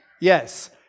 Yes